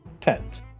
tent